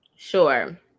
Sure